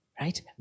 right